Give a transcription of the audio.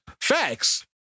Facts